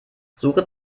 suche